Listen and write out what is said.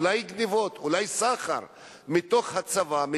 אולי גנבות או סחר מתוך הצבא,